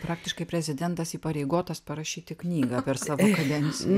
praktiškai prezidentas įpareigotas parašyti knygą per savo kadenciją